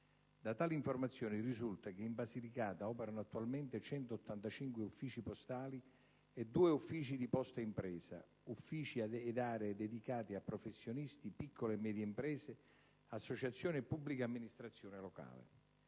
Da tali informazioni risulta che in Basilicata operano attualmente 185 uffici postali e due uffici Posteimpresa, uffici ed aree dedicati a professionisti, piccole e medie imprese, associazioni e pubblica amministrazione locale.